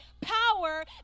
power